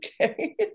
okay